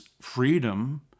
freedom